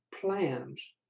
plans